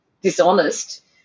dishonest